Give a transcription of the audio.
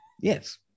Yes